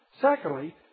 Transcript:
Secondly